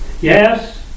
yes